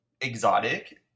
exotic